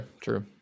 true